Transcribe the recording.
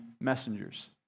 messengers